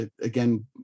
again